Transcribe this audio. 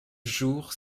jours